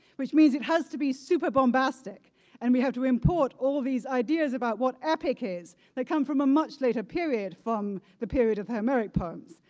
which means it has to be super bombastic and we have to import all these ideas about what epic is that come from a much later period from the period of homeric poems.